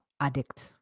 addict